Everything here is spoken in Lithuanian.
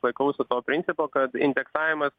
laikausi principo kad indeksavimas